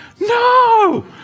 no